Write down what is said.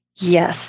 Yes